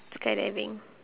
skydiving